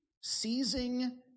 seizing